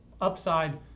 upside